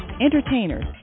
entertainers